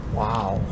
wow